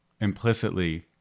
implicitly